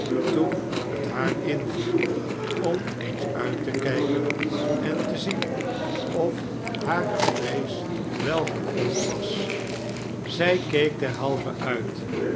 toen het haar inviel om eens uit te kijken en te zien of hare vrees wel gegrond was barnaby rudge zij keek derhalve uit